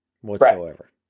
whatsoever